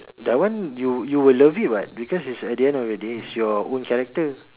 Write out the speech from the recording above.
that one you you will love it [what] because at the end of the day it's your own character